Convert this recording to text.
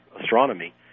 astronomy